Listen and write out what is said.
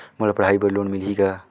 मोला पढ़ाई बर लोन मिलही का?